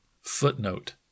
Footnote